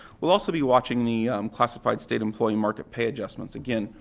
we'll also be watching the classified state employee market pay adjustments again.